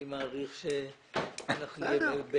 אני מעריך שאנחנו נהיה במצב אחר.